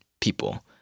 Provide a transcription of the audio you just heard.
people